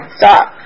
stop